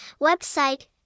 website